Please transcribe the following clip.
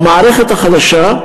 במערכת החדשה,